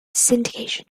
syndication